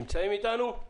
נמצאים איתנו?